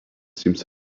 seemed